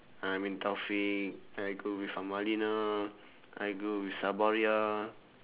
I'm with taufik I go with amalinah I go with sabariah